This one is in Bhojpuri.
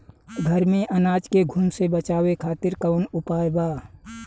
घर में अनाज के घुन से बचावे खातिर कवन उपाय बा?